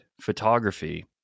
photography